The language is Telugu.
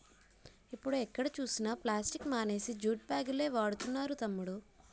ఇప్పుడు ఎక్కడ చూసినా ప్లాస్టిక్ మానేసి జూట్ బాగులే వాడుతున్నారు తమ్ముడూ